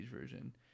version